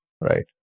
right